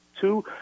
two